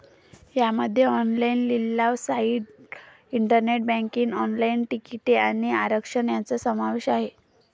यामध्ये ऑनलाइन लिलाव site, internet banking, online तिकिटे आणि आरक्षण यांचा समावेश आहे